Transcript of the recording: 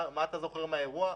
מה אתה זוכר מהאירוע?